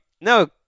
no